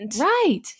Right